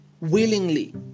willingly